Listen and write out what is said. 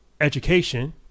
education